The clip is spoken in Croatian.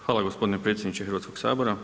Hvala gospodine predsjedniče Hrvatskog sabora.